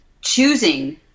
choosing